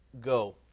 go